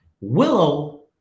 Willow